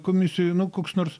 komisijoj nu koks nors